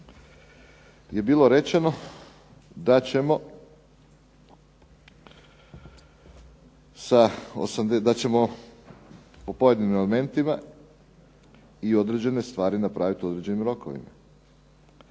je bilo rečeno da ćemo u pojedinim elementima i određene stvari napraviti u određenim rokovima.